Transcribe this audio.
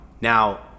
Now